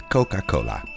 Coca-Cola